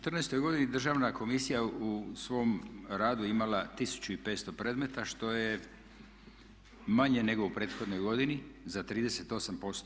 U četrnaestoj godini Državna komisija je u svom radu imala 1500 predmeta što je manje nego u prethodnoj godini za 38%